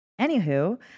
Anywho